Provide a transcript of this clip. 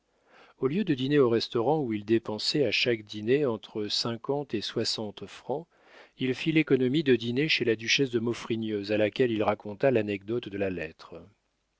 au lieu de dîner au restaurant où il dépensait à chaque dîner entre cinquante et soixante francs il fit l'économie de dîner chez la duchesse de maufrigneuse à laquelle il raconta l'anecdote de la lettre